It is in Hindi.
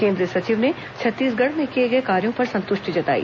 केंद्रीय सचिव ने छत्तीसगढ़ में किए गए कार्यो पर संतुष्टि जताई